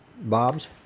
Bob's